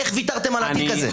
איך ויתרתם על התיק הזה?